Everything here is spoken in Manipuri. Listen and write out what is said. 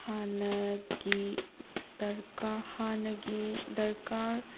ꯍꯥꯟꯅꯒꯤ ꯗꯔꯀꯥꯔ ꯍꯥꯟꯅꯒꯤ ꯗꯔꯀꯥꯔ